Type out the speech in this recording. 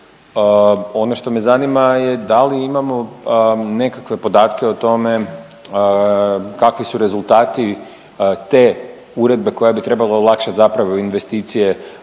Ono što me zanima je da li imamo nekakve podatke o tome kakvi su rezultati te uredbe koja bi trebala olakšati zapravo investicije u